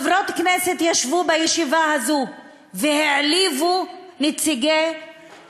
חברות כנסת ישבו בישיבה הזו והעליבו את נציגי